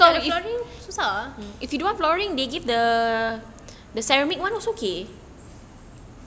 because I thought flooring susah ah